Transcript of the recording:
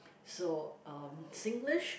so um Singlish